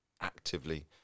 actively